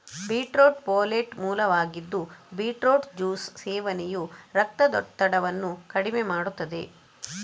beetroot folate ಮೂಲವಾಗಿದ್ದು beetroot juice ಸೇವನೆಯು ರಕ್ತದೊತ್ತಡವನ್ನು ಕಡಿಮೆ ಮಾಡುತ್ತದೆ